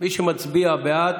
מי שמצביע בעד